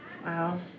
Wow